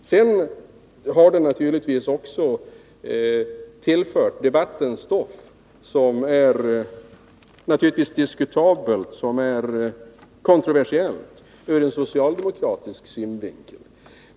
Artikeln har naturligtvis också tillfört debatten stoff som är diskutabelt och kontroversiellt ur socialdemokratisk synvinkel.